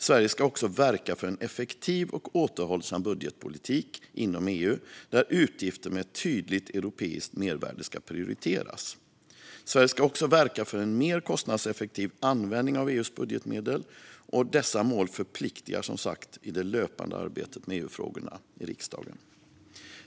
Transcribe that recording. Sverige ska också verka för en effektiv och återhållsam budgetpolitik inom EU, där utgifter med ett tydligt europeiskt mervärde ska prioriteras. Sverige ska också verka för en mer kostnadseffektiv användning av EU:s budgetmedel. Dessa mål medför som sagt förpliktelser i det löpande arbetet med EU-frågorna i riksdagen.